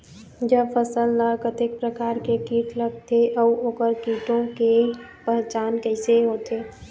जब फसल ला कतेक प्रकार के कीट लगथे अऊ ओकर कीटों के पहचान कैसे होथे?